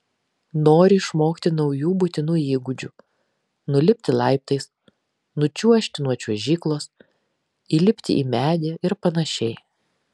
nori išmokti naujų būtinų įgūdžių nulipti laiptais nučiuožti nuo čiuožyklos įlipti į medį ir panašiai